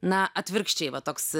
na atvirkščiai va toks